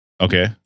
Okay